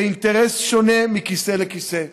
זה אינטרס שונה מכיסא לכיסא,